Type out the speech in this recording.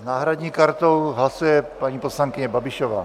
S náhradní kartou hlasuje paní poslankyně Babišová.